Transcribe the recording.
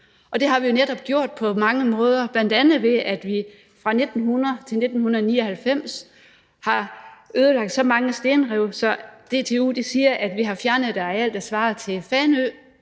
det har vi jo netop gjort på mange måder, bl.a. ved at vi fra 1900-1999 har ødelagt så mange stenrev, at DTU siger, at vi har fjernet et areal, der svarer til Fanø,